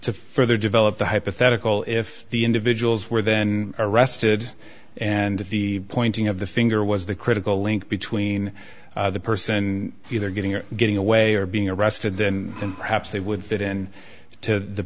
to further develop the hypothetical if the individuals were then arrested and the pointing of the finger was the critical link between the person and either getting or getting away or being arrested then and perhaps they would fit in to the